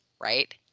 right